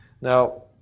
Now